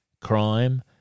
crime